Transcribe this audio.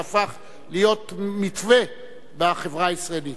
והפך להיות מתווה בחברה הישראלית.